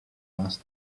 last